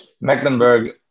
Mecklenburg